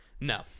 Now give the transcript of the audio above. No